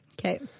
Okay